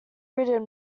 written